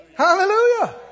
Hallelujah